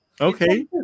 Okay